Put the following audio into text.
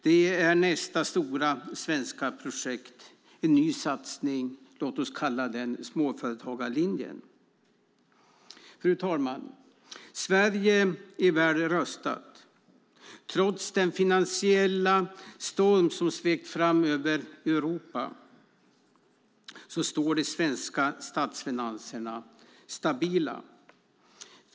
Det är nästa stora svenska projekt, en ny satsning. Låt oss kalla den småföretagarlinjen. Fru talman! Sverige är väl rustat. Trots den finansiella storm som svept fram över Europa står de svenska statsfinanserna stabila.